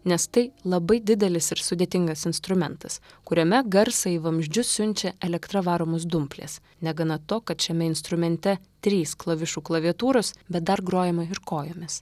nes tai labai didelis ir sudėtingas instrumentas kuriame garsą į vamzdžius siunčia elektra varomos dumplės negana to kad šiame instrumente trys klavišų klaviatūros bet dar grojama ir kojomis